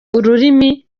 ururimi